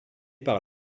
par